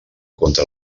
contra